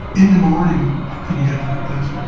in the morning i couldn't get out of bed.